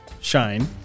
Shine